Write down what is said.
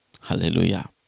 Hallelujah